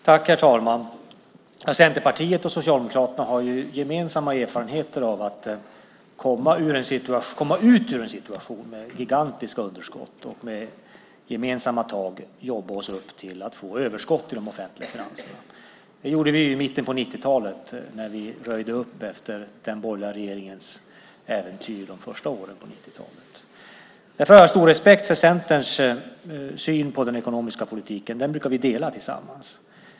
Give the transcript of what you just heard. Herr talman! Centerpartiet och Socialdemokraterna har gemensamma erfarenheter av att komma ut ur en situation med gigantiska underskott och med gemensamma tag jobba oss upp till att få överskott i de offentliga finanserna. Det gjorde vi i mitten på 90-talet när vi röjde upp efter den borgerliga regeringens äventyr de första åren på 90-talet. Jag har stor respekt för Centerns syn på den ekonomiska politiken. Den brukar vi dela tillsammans.